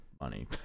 money